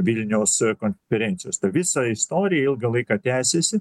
vilniaus konferencijos ta visa istorija ilgą laiką tęsėsi